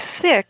six